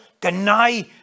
deny